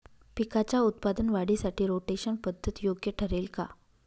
पिकाच्या उत्पादन वाढीसाठी रोटेशन पद्धत योग्य ठरेल का?